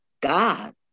God